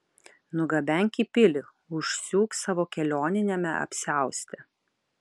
nugabenk į pilį užsiūk savo kelioniniame apsiauste